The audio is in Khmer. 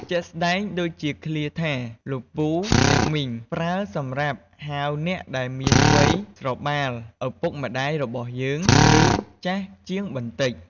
ជាក់ស្ដែង ដូចជាឃ្លាថា លោកពូ អ្នកមីង ប្រើសម្រាប់ហៅអ្នកដែលមានវ័យស្របាលឪពុកម្តាយរបស់យើង ឬចាស់ជាងបន្តិច។